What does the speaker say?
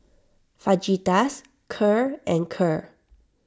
Fajitas Kheer and Kheer